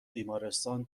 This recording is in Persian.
بیمارستان